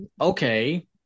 Okay